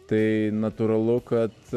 tai natūralu kad